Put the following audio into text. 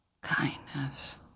kindness